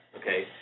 Okay